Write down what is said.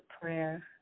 prayer